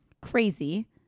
crazy